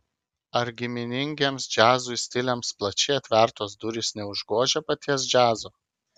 ar giminingiems džiazui stiliams plačiai atvertos durys neužgožia paties džiazo